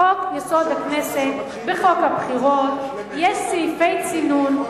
בחוק-יסוד: הכנסת, בחוק הבחירות, יש סעיפי צינון.